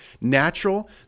natural